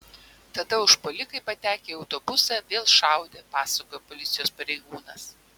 tada užpuolikai patekę į autobusą vėl šaudė pasakojo policijos pareigūnas